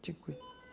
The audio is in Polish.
Dziękuję.